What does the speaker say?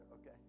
Okay